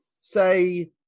say